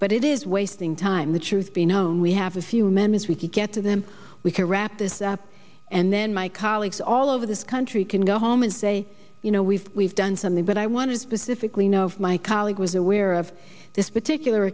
but it is wasting time the truth be known we have a few members we can get to them we can wrap this up and then my colleagues all over this country can go home and say you know we've we've done something but i want to specifically know if my colleague was aware of this particular